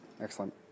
Excellent